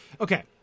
Okay